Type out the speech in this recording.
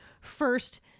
first